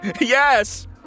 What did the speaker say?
Yes